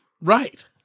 Right